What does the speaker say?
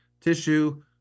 tissue